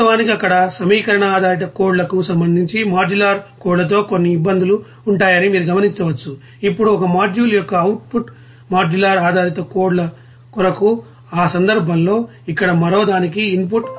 వాస్తవానికి అక్కడ సమీకరణ ఆధారిత కోడ్ లకు సంబంధించి మాడ్యులర్ కోడ్ లతో కొన్ని ఇబ్బందులు ఉంటాయని మీరు గమనించవచ్చుఇప్పుడు ఒక మాడ్యూల్ యొక్క అవుట్ పుట్ మాడ్యులర్ ఆధారిత కోడ్ ల కొరకు ఈ సందర్భంలో ఇక్కడ మరో దానికి ఇన్ పుట్